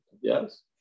Yes